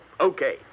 okay